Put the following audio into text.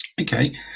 Okay